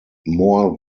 more